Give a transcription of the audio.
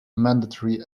mandatory